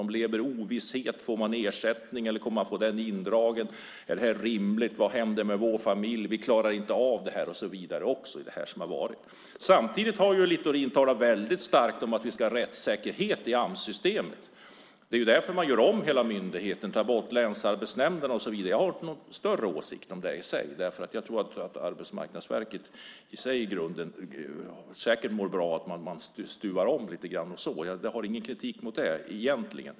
De lever i ovisshet. Får man ersättning, eller kommer man att få den indragen? Är det här rimligt? Vad händer med vår familj? De tänker att de inte klarar av det här och så vidare. Samtidigt har Littorin talat väldigt starkt om att vi ska ha rättssäkerhet i Amssystemet. Det är därför man gör om hela myndigheten, tar bort länsarbetsnämnderna och så vidare. Jag har inte någon större åsikt om det i sig därför att jag tror att Arbetsmarknadsverket i grunden säkert mår bra av att man stuvar om lite grann. Jag har egentligen ingen kritik mot det.